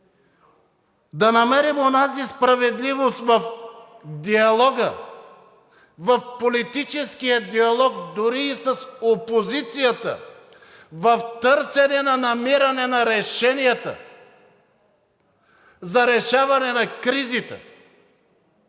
да намерим онази справедливост в диалога – в политическия диалог, дори и с опозицията, в търсене на намиране на решенията за решаване на кризите,